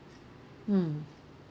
mm